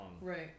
right